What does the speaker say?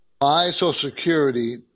MySocialSecurity